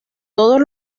todos